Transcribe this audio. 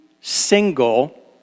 single